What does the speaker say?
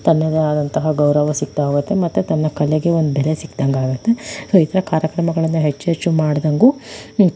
ತನ್ನದೇ ಆದಂತಹ ಗೌರವ ಸಿಕ್ತಾಹೋಗತ್ತೆ ಮತ್ತೆ ತನ್ನ ಕಲೆಗೆ ಒಂದು ಬೆಲೆ ಸಿಕ್ದಂಗೆ ಆಗತ್ತೆ ಸೊ ಈ ಥರ ಕಾರ್ಯಕ್ರಮಗಳನ್ನು ಹೆಚ್ಚು ಹೆಚ್ಚು ಮಾಡಿದಂಗೂ